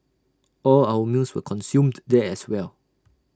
all our meals were consumed there as well